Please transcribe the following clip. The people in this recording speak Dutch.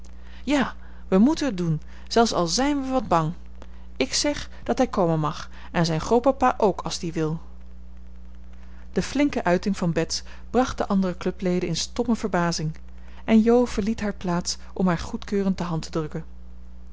ja we moeten het doen zelfs al zijn we wat bang ik zeg dat hij komen mag en zijn grootpapa ook als die wil de flinke uiting van bets bracht de andere clubleden in stomme verbazing en jo verliet haar plaats om haar goedkeurend de hand te drukken